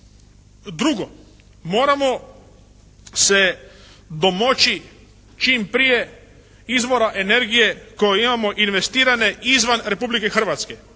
Drugo, moramo se domoći čim prije izvora energije koje imamo investirane izvan Republike Hrvatske